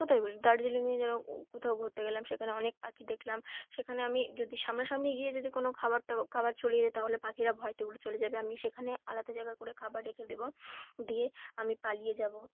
কোথায় দার্জিলিংয়ে যেন কোথাও ঘুরতে গেলাম সেখানে অনেক পাখি দেখলাম সেখানে আমি যদি সামনা সামনি গিয়ে যদি কোনো খাবারটা খাবার ছড়িয়ে দিই তাহলে পাখিরা ভয়তে উড়ে চলে যাবে আমি সেখানে আলাদা জায়গা করে খাবার রেখে দেবো দিয়ে আমি পালিয়ে যাব